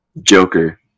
Joker